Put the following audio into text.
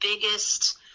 biggest